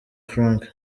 frank